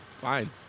fine